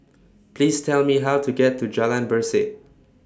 Please Tell Me How to get to Jalan Berseh